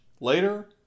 later